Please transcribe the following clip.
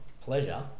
pleasure